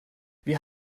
wir